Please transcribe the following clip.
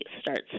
starts